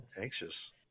anxious